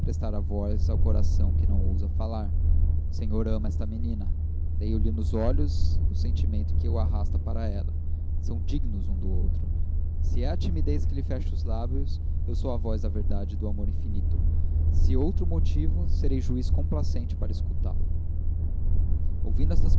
a voz ao coração que não ousa falar o senhor ama esta menina leio lhe nos olhos o sentimento que o arrasta para ela são dignos um do outro se é a timidez que lhe fecha os lábios eu sou a voz da verdade e do amor infinito se outro motivo serei juiz complacente para escutá lo ouvindo estas